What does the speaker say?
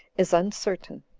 is uncertain.